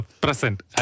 present